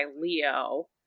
Leo